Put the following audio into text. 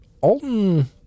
Alton